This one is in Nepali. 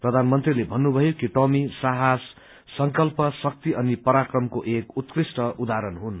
प्रधानमन्त्रीले भन्नुभयो कि टोमी साहस संकल्प शक्ति अनि पराक्रमको एक उत्कृष्ट उदाहरण हुन्